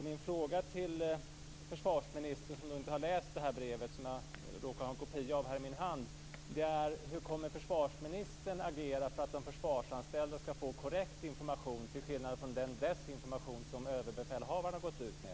Min fråga till försvarsministern, som inte har läst det brev som jag råkar ha en kopia av här i min hand, är: Hur kommer försvarsministern att agera för att de försvarsanställda skall få korrekt information, till skillnad från den desinformation som Överbefälhavaren har gått ut med?